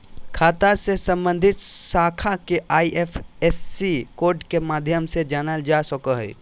खाता से सम्बन्धित शाखा के आई.एफ.एस.सी कोड के माध्यम से जानल जा सक हइ